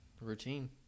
routine